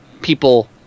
people